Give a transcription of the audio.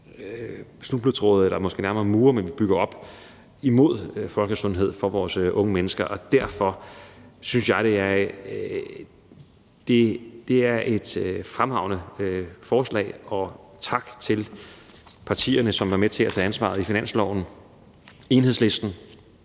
snubletråde eller måske nærmere mure, man bygger op imod folkesundhed for vores unge mennesker, og derfor synes jeg, det er et fremragende forslag, og tak til partierne, som var med til at tage ansvaret i finansloven for at